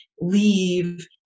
leave